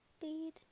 bead